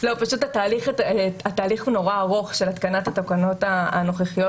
פשוט התהליך הוא נורא ארוך של התקנת התקנות הנוכחיות,